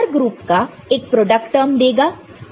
हर group एक product term देगा